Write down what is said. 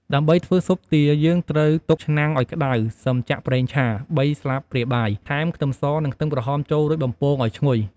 ដើម្បីធ្វើស៊ុបទា យើងត្រូវទុកឆ្នាំងឱ្យក្ដៅ សឹមចាក់ប្រេងឆា ៣ស្លាបព្រាបាយ ថែម ខ្ទឹមស និង ខ្ទឹមក្រហមចូល រួចបំពងឱ្យឈ្ងុយ។